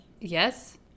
yes